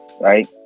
right